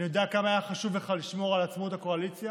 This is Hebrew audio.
אני יודע כמה היה חשוב לך לשמור על עצמאות הקואליציה